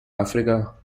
africa